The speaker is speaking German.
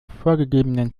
vorgegebenen